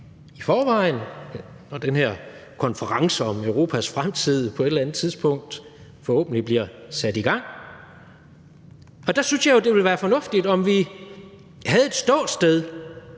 diskutere, når den her konference om Europas fremtid på et eller andet tidspunkt forhåbentlig bliver sat i gang. Og der synes jeg jo, det ville være fornuftigt, om vi havde et ståsted